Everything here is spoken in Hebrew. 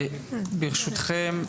ברשותכם,